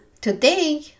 today